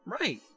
Right